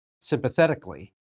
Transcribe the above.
sympathetically